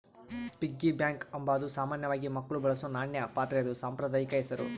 piggy bank ಅಂಬಾದು ಸಾಮಾನ್ಯವಾಗಿ ಮಕ್ಳು ಬಳಸೋ ನಾಣ್ಯ ಪಾತ್ರೆದು ಸಾಂಪ್ರದಾಯಿಕ ಹೆಸುರು